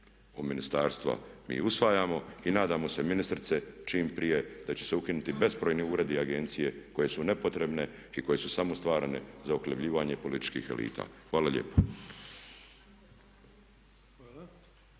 od Ministarstva mi usvajamo i nadamo se ministrice čim prije da će ukinuti bezbrojni uredi, agencije koje su nepotrebne i koje su samo stvarano za uhljebljivanje političkih elita. Hvala lijepo.